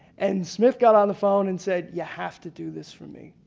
and smith got on the phone and said. you have to do this for me.